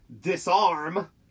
Disarm